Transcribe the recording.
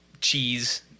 cheese